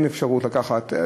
אין אפשרות לקחת,